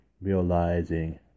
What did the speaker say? realizing